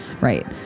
Right